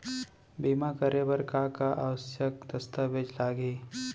बीमा करे बर का का आवश्यक दस्तावेज लागही